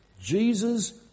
Jesus